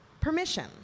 permission